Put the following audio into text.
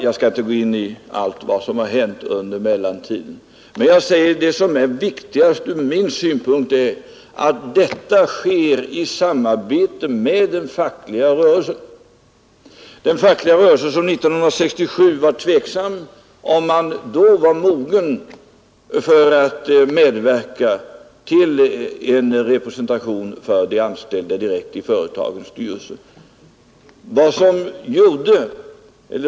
Jag skall inte gå in på allt vad som har hänt under mellantiden, men det som är viktigast ur min synpunkt är att detta sker i samarbete med den fackliga rörelsen — den fackliga rörelse, som 1967 var tveksam, om man då var mogen för att medverka till en representation för de anställda direkt i företagens styrelse.